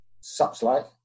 such-like